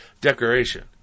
decoration